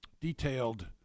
detailed